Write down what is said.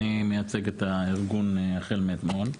אני מייצג את הארגון החל מאתמול.